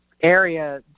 area